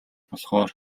болохоор